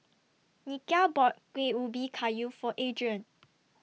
Nikia bought Kueh Ubi Kayu For Adrian